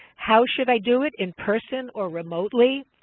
how should i do it, in person or remotely?